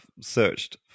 searched